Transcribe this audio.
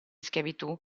schiavitù